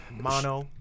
Mono